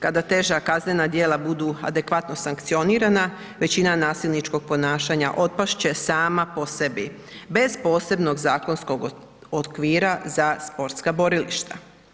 Kada teža kaznena djela budu adekvatno sankcionirana, većina nasilničkog ponašanja otpast će sama po sebi, bez posebnog zakonskog okvira za sportska borilišta.